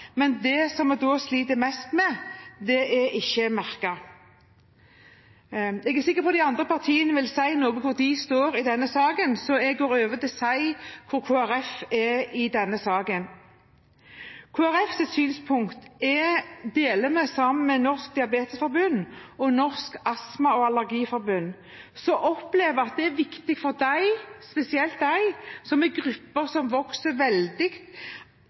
men det vi sliter mest med, er ikke merket. Jeg er sikker på at de andre partiene vil si noe om hvor de står i denne saken, så jeg går over til å si hvor Kristelig Folkeparti står i denne saken. Kristelig Folkepartis synspunkt deler vi med Diabetesforbundet og Norges Astma- og Allergiforbund, de av våre pasientorganisasjoner som vokser veldig, og som opplever at dette er spesielt viktig for deres grupper, nettopp fordi de